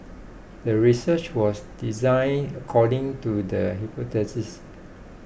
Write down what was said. the research was designed according to the hypothesis